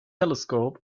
telescope